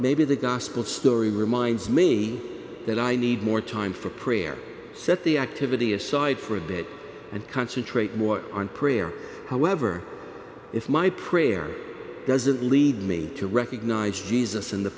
maybe the gospel story reminds me that i need more time for prayer set the activity aside for a bit and concentrate more on prayer however if my prayer doesn't lead me to recognize jesus in the